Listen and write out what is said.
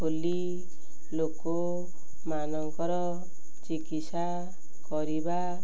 ଓଲି ଲୋକମାନଙ୍କର ଚିକିତ୍ସା କରିବା